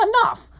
enough